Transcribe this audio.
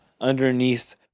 underneath